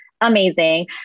amazing